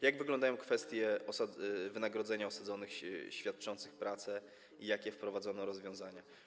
Jak wyglądają kwestie wynagrodzenia osadzonych świadczących pracę i jakie wprowadzono rozwiązania?